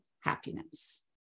happiness